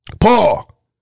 Paul